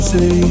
Say